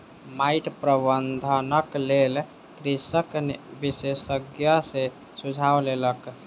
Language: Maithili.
माइट प्रबंधनक लेल कृषक विशेषज्ञ सॅ सुझाव लेलक